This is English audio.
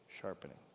sharpening